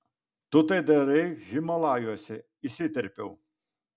tu tai darei himalajuose įsiterpiau